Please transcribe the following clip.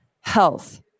health